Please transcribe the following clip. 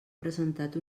presentat